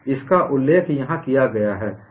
इसका उल्लेख यहाँ किया गया है